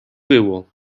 było